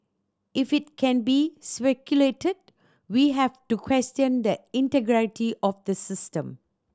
if it can be speculated we have to question the integrity of the system